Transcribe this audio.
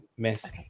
Miss